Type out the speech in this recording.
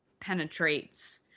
penetrates